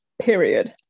period